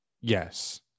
Yes